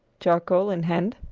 charcoal in hand.